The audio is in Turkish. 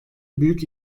büyük